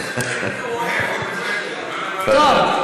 טוב,